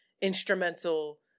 instrumental